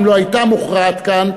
אם לא הייתה מוכרעת כאן,